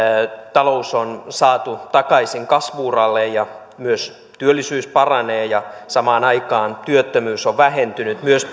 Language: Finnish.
talous on saatu takaisin kasvu uralle ja myös työllisyys paranee samaan aikaan työttömyys on vähentynyt myös